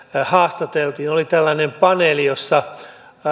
haastateltiin oli tällainen paneeli jossa